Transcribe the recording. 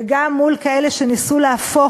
וגם מול כאלה שניסו להפוך,